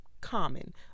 common